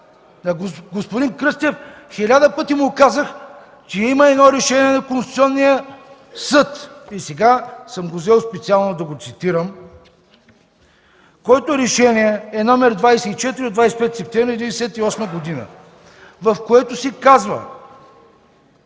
господин Кръстев хиляда пъти му казах, че има едно Решение на Конституционния съд, и сега съм го взел специално да го цитирам, което е с № 24 от 25 септември 1998 г. В него се казва: